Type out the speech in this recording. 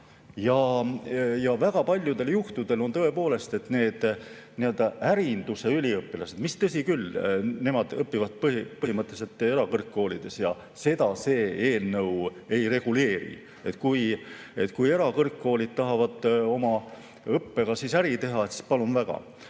Väga paljudel juhtudel on tõepoolest nii, et need nii-öelda ärinduse üliõpilased … Tõsi küll, nemad õpivad põhimõtteliselt erakõrgkoolides ja seda see eelnõu ei reguleeri. Kui erakõrgkoolid tahavad oma õppega äri teha, siis palun väga.